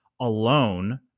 alone